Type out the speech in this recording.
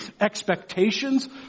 expectations